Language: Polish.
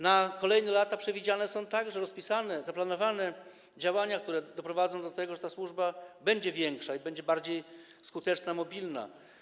Na kolejne lata są także przewidziane, rozpisane, zaplanowane działania, które doprowadzą do tego, że ta służba będzie większa i będzie bardziej skuteczna, mobilna.